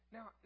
Now